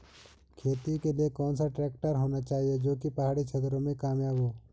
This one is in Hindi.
खेती के लिए कौन सा ट्रैक्टर होना चाहिए जो की पहाड़ी क्षेत्रों में कामयाब हो?